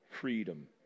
freedom